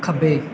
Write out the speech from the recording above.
ਖੱਬੇ